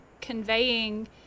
conveying